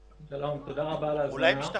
שלום, תודה רבה על ההזמנה.